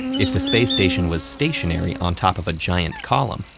if the space station was stationary on top of a giant column,